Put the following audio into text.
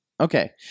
Okay